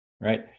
right